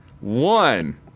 One